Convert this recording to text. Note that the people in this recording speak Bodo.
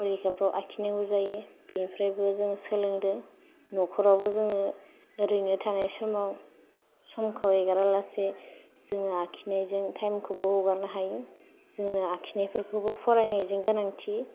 फरिखाफ्राव आखिनांगौ जायो बेनिफ्रायबो जों सोलोंदो नखरावबो जोङो ओरैनो थानाय समाव समखौ एगारालासे जोङो आखिनायजों थाइमखौबो हगारनो हायो जोङो आखिनायफोरखौबो फरायनायजों गोनांथि